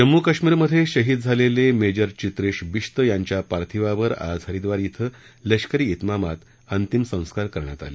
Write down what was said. जम्मू काश्मीरमधे शहीद झालेले मेजर चित्रेश बिश्त यांच्या पार्थिवावर आज हरिद्वार इथं लष्करी इतमामात अंतिम संस्कार करण्यात आले